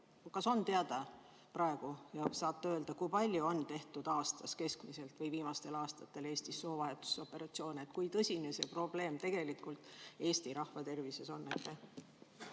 kas on teada, kas te saate öelda, kui palju on tehtud aastas keskmiselt või viimastel aastatel Eestis soovahetusoperatsioone. Kui tõsine see probleem tegelikult Eesti rahvatervises on?